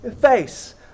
face